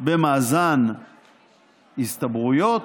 במאזן הסתברויות,